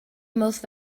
most